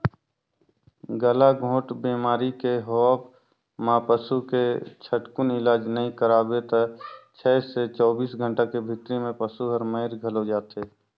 गलाघोंट बेमारी के होवब म पसू के झटकुन इलाज नई कराबे त छै से चौबीस घंटा के भीतरी में पसु हर मइर घलो जाथे